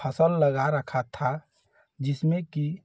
फ़सल लगा रखा था जिसमें कि